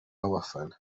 w’abafana